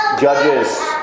Judges